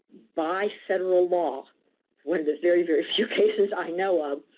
by federal law when there's very, very few cases i know of.